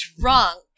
drunk